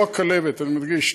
לא הכלבת אני מדגיש,